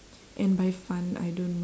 and by fun I don't